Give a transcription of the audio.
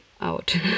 out